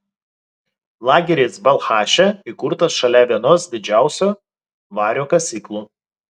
lageris balchaše įkurtas šalia vienos didžiausių vario kasyklų